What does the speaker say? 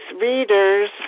readers